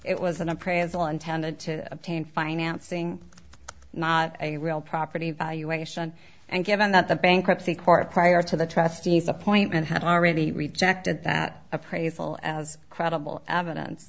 it was an appraisal intended to obtain financing not a real property valuation and given that the bankruptcy court prior to the trustees appointment had already rejected that appraisal as credible evidence